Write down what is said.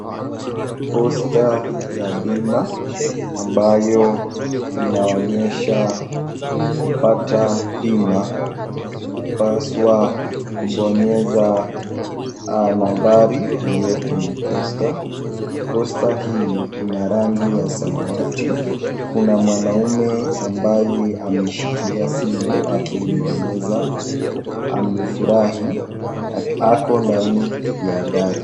Posta ya bima ambayo inaonyesha kupata bima unapaswa kubonyeza nambari iliyo kwenye posta. Posta hii inarangi ya samawati kuna mwanaume ambaye ameshikilia simu akiibonyeza amefurahi ako ndani ya gari.